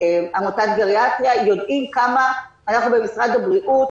עמותת גריאטריה יודעים כמה אנחנו במשרד הבריאות,